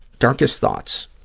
darkest thoughts.